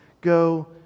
go